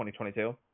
2022